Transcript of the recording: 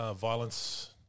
violence